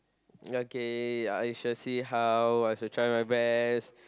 okay I shall see how I shall try my best